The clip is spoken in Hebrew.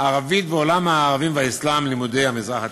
ערבית ועולם הערבים והאסלאם, לימודי המזרח התיכון.